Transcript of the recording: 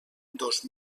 dos